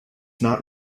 not